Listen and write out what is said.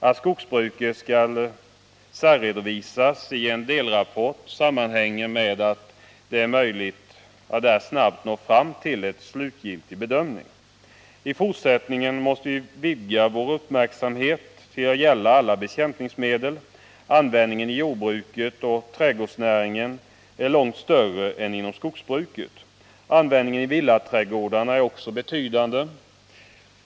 Att skogsbruket skall särredovisas i en delrapport sammanhänger med att det är möjligt att där snabbt nå fram till en slutgiltig bedömning. I fortsättningen måste vi vidga vår uppmärksamhet till att gälla alla bekämpningsmedel. Användningen i jordbruket och trädgårdsnäringen är långt större än inom skogsbruket. Användningen i villaträdgårdarna är också betydande.